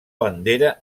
bandera